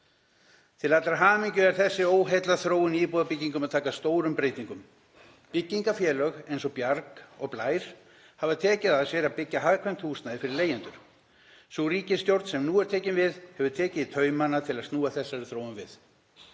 Til allrar hamingju er þessi óheillaþróun í íbúðabyggingum að taka stórum breytingum. Byggingarfélög eins og Bjarg og Blær hafa tekið að sér að byggja hagkvæmt húsnæði fyrir leigjendur. Sú ríkisstjórn sem nú er tekin við hefur tekið í taumana til að snúa þessari þróun við.